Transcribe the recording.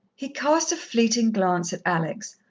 he cast a fleeting glance at alex,